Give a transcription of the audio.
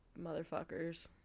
motherfuckers